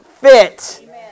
fit